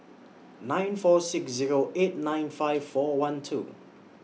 nine four six Zero eight nine five four one two